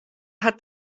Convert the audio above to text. hat